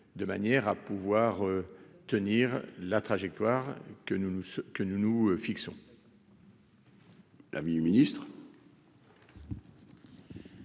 de manière à pouvoir tenir la trajectoire que nous, nous ce